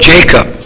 Jacob